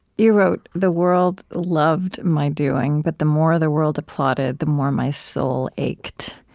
you wrote, the world loved my doing. but the more the world applauded, the more my soul ached.